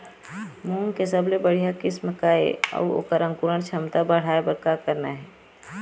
मूंग के सबले बढ़िया किस्म का ये अऊ ओकर अंकुरण क्षमता बढ़ाये बर का करना ये?